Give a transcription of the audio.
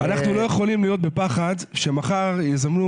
אנחנו לא יכולים להיות בפחד שמחר יזמנו